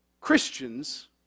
Christians